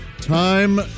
Time